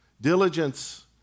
Diligence